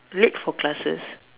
late for classes